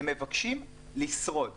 הם מבקשים לשרוד .